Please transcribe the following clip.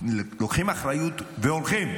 לוקחים אחריות והולכים.